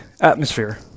atmosphere